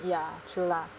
ya true lah